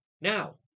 now